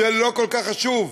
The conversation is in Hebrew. זה לא כל כך חשוב,